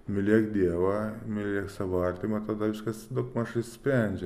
mylėk dievą mylėk savo artimą tada viskas daugmaž išsisprendžia